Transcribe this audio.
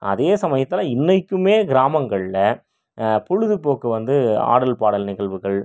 அதே சமயத்தில் இன்றைக்குமே கிராமங்களில் பொழுதுபோக்கு வந்து ஆடல் பாடல் நிகழ்வுகள்